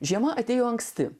žiema atėjo anksti